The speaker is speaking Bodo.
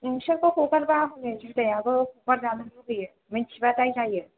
नोंसोरखौ हगारबा हनै जुदायाबो हगार जानो लुबैयो मिन्थिबा दाय जायो